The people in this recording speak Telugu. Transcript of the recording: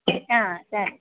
సరే